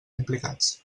implicats